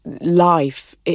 Life